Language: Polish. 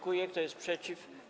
Kto jest przeciw?